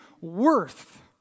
worth